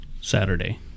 Saturday